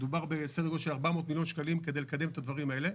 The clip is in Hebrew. מדובר בסדר גודל של 400 מיליון שקלים כדי לקדם את הדברים האלה.